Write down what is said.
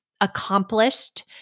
accomplished